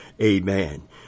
Amen